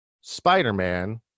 Spider-Man